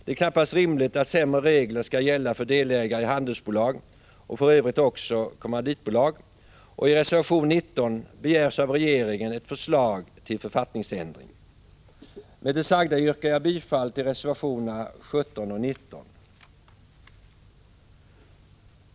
Det är knappast rimligt att sämre regler skall gälla för delägare i handelsbolag — och för övrigt också kommanditbolag —, och i reservation 19 begärs av regeringen ett förslag till författningsändring. Med det sagda yrkar jag bifall till reservationerna 17 och 19.